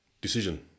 Decision